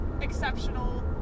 exceptional